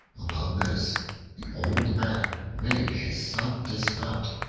upon this the old man made his son dismount,